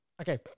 Okay